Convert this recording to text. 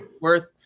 worth